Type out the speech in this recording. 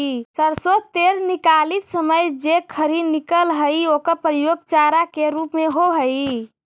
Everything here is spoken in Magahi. सरसो तेल निकालित समय जे खरी निकलऽ हइ ओकर प्रयोग चारा के रूप में होवऽ हइ